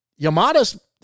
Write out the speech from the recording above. Yamada's